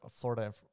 florida